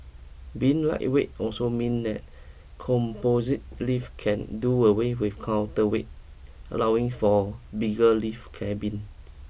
being lightweight also mean that composite lifts can do away with counterweight allowing for bigger lift cabin